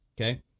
Okay